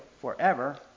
forever